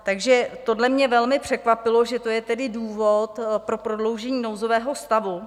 Takže tohle mě velmi překvapilo, že to je tedy důvod pro prodloužení nouzového stavu.